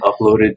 uploaded